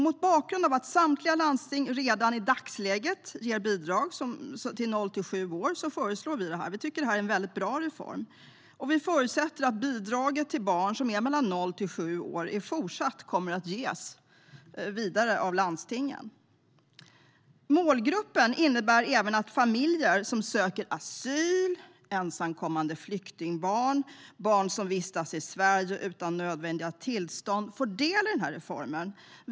Mot bakgrund av att samtliga landsting redan i dagsläget ger bidrag till barn noll till sju år föreslår vi detta. Vi tycker att det är en bra reform. Vi förutsätter att bidraget till barn mellan noll och sju år kommer att fortsätta att ges av landstingen. Målgruppen innebär att även familjer som söker asyl, ensamkommande flyktingbarn och barn som vistas i Sverige utan nödvändiga tillstånd får ta del av denna reform.